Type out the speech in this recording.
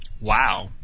Wow